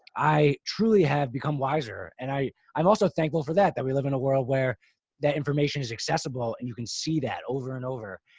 i truly have become wiser. and i, i'm also thankful for that, that we live in a world where that information is accessible and you can see that over and over.